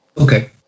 okay